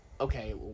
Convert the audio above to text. okay